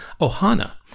Ohana